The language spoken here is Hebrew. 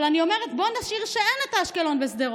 אבל אני אומרת: בואו נשאיר את זה כך שאין את אשקלון ושדרות,